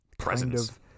presence